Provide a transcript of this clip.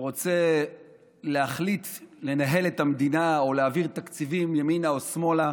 שרוצה להחליט לנהל את המדינה או להעביר תקציבים ימינה או שמאלה